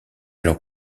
alors